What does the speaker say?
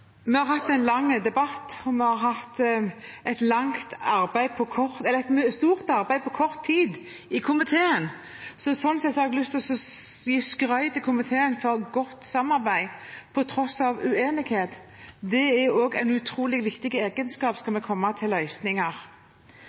Vi har hatt en lang debatt, og vi har hatt et stort arbeid på kort tid i komiteen. Sånn sett har jeg lyst til å gi skryt til komiteen for godt samarbeid, på tross av uenighet. Det er også en utrolig viktig egenskap, skal vi komme fram til